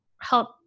help